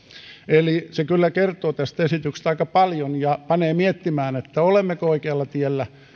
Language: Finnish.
eli se kyllä kertoo esityksestä aika paljon ja panee miettimään olemmeko oikealla tiellä